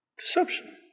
Deception